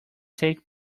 take